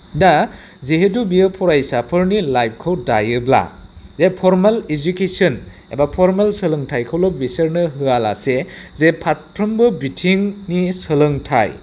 दा जिहेथु बेयो फरायसाफोरनि लाइफखौ दायोब्ला जे फर्मेल इडुकेसन एबा फर्मेल सोलोंथाइखौल' बिसोरनो होयालासे जे फारफ्रोमबो बिथिंनि सोलोंथाइ